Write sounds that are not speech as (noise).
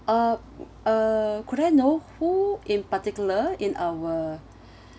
uh uh could I know who in particular in our (breath)